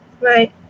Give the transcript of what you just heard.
Right